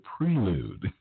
Prelude